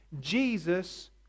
Jesus